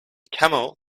camel